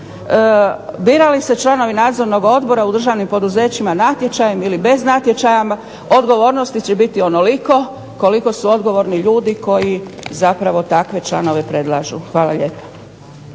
birali se članovi nadzornih odbora u državnim poduzećima natječajem ili bez natječaja odgovornosti će biti onoliko koliko su odgovorni ljudi koji zapravo takve članove predlažu. Hvala lijepa.